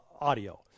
Audio